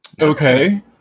Okay